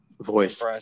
voice